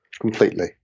completely